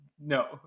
no